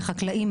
מחקלאים,